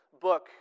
book